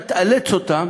אתה תאלץ אותם